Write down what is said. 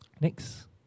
Next